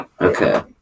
Okay